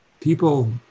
People